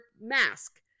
mask